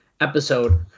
episode